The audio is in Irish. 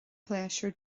pléisiúr